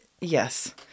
Yes